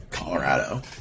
Colorado